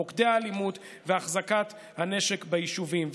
מוקדי האלימות והחזקת הנשק ביישובים.